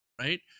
right